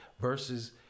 versus